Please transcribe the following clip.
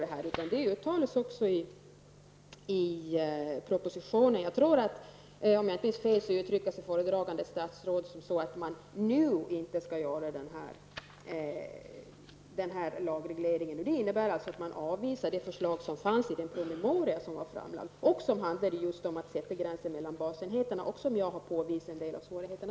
De här frågorna tas ju också upp i propositionen. Om jag inte minns fel uttrycker sig föredragande statsrådet så, att man nu inte skall göra en lagreglering. Det innebär således att man avvisar det förslag som finns i den promemoria som har lagts fram och som handlar just om att sätta en gräns mellan basenheterna. I det sammanhanget har jag visat på en del av svårigheterna.